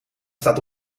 staat